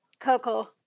Coco